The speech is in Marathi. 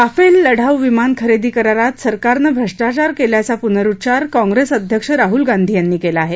राफेल लढाऊ विमान खरेदी करारात सरकारनं भ्रष्टाचार केल्याचा पुनरुच्चार काँप्रेस अध्यक्ष राहल गांधी यांनी केला आहे